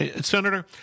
Senator